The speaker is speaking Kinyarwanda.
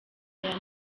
aya